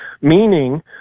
meaning